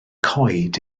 coed